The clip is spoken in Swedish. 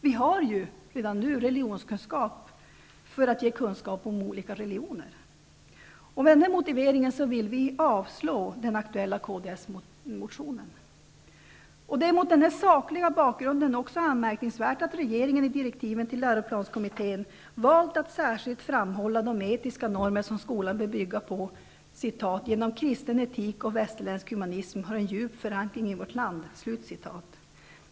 Vi har redan nu religionskunskap, för att ge kunskap om olika religioner. Med denna motivering vill vi avslå den aktuella Kds-motionen. Det är även mot denna sakliga bakgrund anmärkningsvärt att regeringen i direktiven till läroplanskommittén valt att särskilt framhålla de etiska normer som skolan bör bygga på och som ''genom kristen etik och västerländsk humanism har en djup förankring i vårt land''.